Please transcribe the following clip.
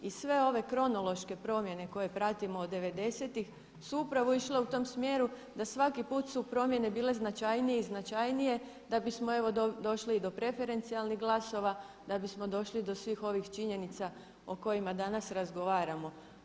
I sve ove kronološke promjene koje pratimo od '90-ih su upravo išle u tom smjeru da svaki put su promjene bile značajnije i značajnije da bismo evo došli do preferencijalnih glasova, da bismo došli do svih ovih činjenica o kojima danas razgovaramo.